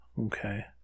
Okay